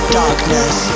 darkness